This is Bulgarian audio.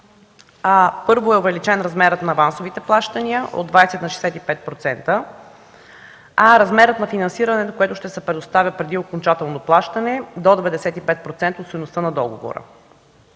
Първо е увеличен размерът на авансовите плащания от 20 на 65%, размерът на финансирането, което ще се предоставя преди окончателно плащане – до 95% от стойността на договора.